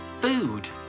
Food